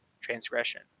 transgression